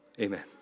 Amen